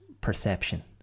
perception